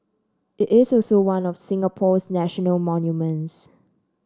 it is also one of Singapore's national monuments